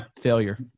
Failure